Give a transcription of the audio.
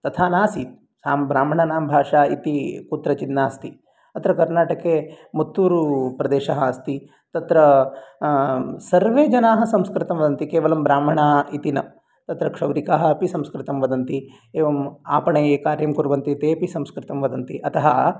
तथा नासीत् ब्राह्मणानां भाषा इति कुत्रचित् नास्ति अत्र कर्णाटके मुत्तूरु प्रदेशः अस्ति तत्र सर्वे जनाः संस्कृतं वदन्ति केवलं ब्राह्मणाः इति न तत्र क्षौरिकाः अपि संस्कृतं वदन्ति एवम् आपणे ये कार्यं कुर्वन्ति तेऽपि संस्कृतं वदन्ति अतः